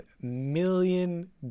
million